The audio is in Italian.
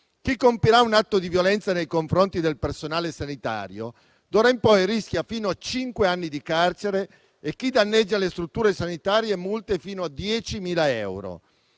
chi compirà un atto di violenza nei confronti del personale sanitario rischia fino a cinque anni di carcere e chi danneggia le strutture sanitarie, multe fino a 10.000 euro;